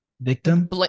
victim